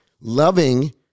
loving